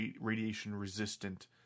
radiation-resistant